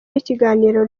y’ikiganiro